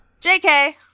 Jk